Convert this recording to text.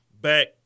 Back